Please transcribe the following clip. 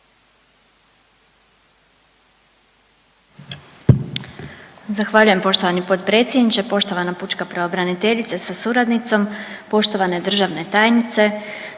Zahvaljujem poštovani potpredsjedniče. Poštovana pučka pravobraniteljice sa suradnicom, poštovane državne tajnice,